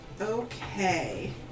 Okay